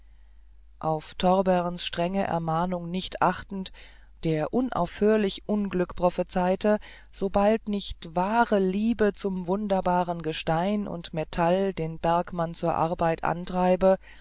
auf torberns strenge ermahnungen nicht achtend der unaufhörlich unglück prophezeite sobald nicht wahre liebe zum wunderbaren gestein und metall den bergmann zur arbeit antreibe